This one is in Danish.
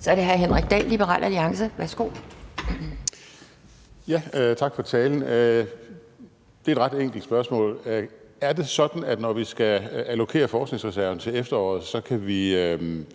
Så er det hr. Henrik Dahl, Liberal Alliance. Værsgo. Kl. 11:54 Henrik Dahl (LA): Tak for talen. Det er et ret enkelt spørgsmål: Er det sådan, at når vi skal allokere forskningsreserven til efteråret, kan vi